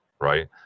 right